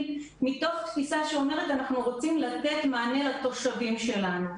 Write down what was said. מתוך תפיסה שאומרת שאנחנו רוצים לתת מענה לתושבים שלנו.